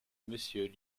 monsieur